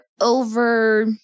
over